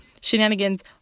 Shenanigans